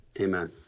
Amen